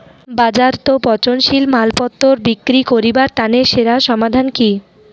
বাজারত পচনশীল মালপত্তর বিক্রি করিবার তানে সেরা সমাধান কি?